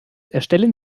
erstellen